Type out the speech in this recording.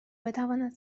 بتواند